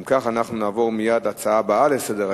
אם כך, אנחנו נעבור מייד להצעה הבא לסדר-היום,